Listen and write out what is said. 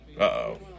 Uh-oh